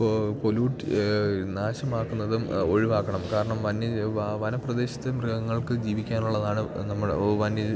ഓ pollute ഇത് നാശമാക്കുന്നതും ഒഴിവാക്കണം കാരണം വന്യജീവി വനപ്രദേശത്തെ മൃഗങ്ങൾക്ക് ജീവിക്കാനുള്ളതാണ് നമ്മൾ ഓ വന്യ